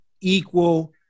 equal